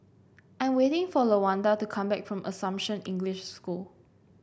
I am waiting for Lawanda to come back from Assumption English School